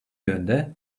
yönde